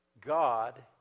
God